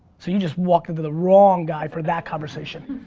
so you just walked into the wrong guy for that conversation.